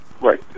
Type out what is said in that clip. Right